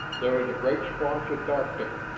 there was a great splotch of dark there,